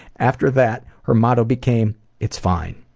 after that her motto became it's fine.